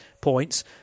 points